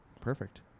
Perfect